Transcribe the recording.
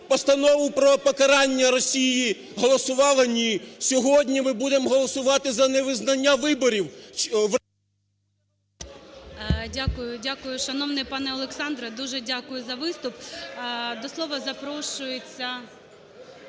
Постанову про покарання Росії голосувала? Ні. Сьогодні ми будемо голосувати за невизнання виборів… ГОЛОВУЮЧИЙ. Дякую, дякую. Шановний пане Олександр, дуже дякую за виступ. До слова запрошується…